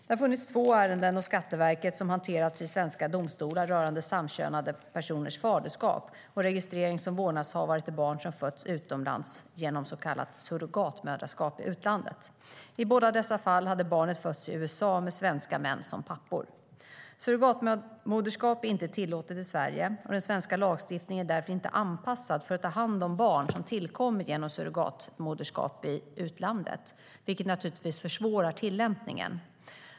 Det har funnits två ärenden hos Skatteverket som hanterats i svenska domstolar rörande samkönade personers faderskap och registrering som vårdnadshavare till barn som fötts genom så kallat surrogatmoderskap i utlandet. I båda dessa fall hade barnen fötts i USA med svenska män som pappor. Surrogatmoderskap är inte tillåtet i Sverige. Den svenska lagstiftningen är därför inte anpassad för att ta hand om barn som tillkommer genom surrogatmoderskap i utlandet, vilket naturligtvis försvårar tillämpningen.